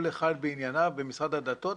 כל אחד בענייניו: במשרד הדתות,